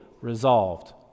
resolved